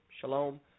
Shalom